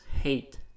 hate